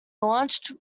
launched